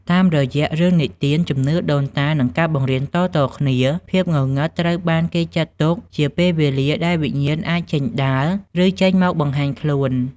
តាមរយៈរឿងនិទាន ជំនឿដូនតា និងការបង្រៀនតៗគ្នា ភាពងងឹតត្រូវបានគេចាត់ទុកជាពេលវេលាដែលវិញ្ញាណអាចចេញដើរ ឬចេញមកបង្ហាញខ្លួន ។